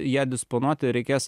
ja disponuoti reikės